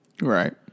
Right